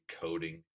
coding